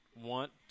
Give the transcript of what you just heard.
want